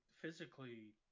physically